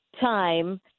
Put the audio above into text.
time